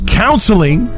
counseling